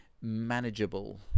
manageable